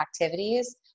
activities